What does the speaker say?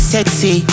Sexy